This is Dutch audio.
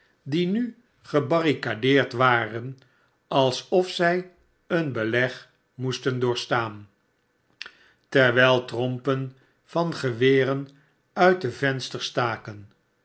die nu gebarricadeerd waren alsof zij een beleg moesten doorstaan terwijl trompen van geweren uit de vensters staken